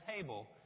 table